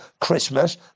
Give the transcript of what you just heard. Christmas